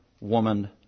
Woman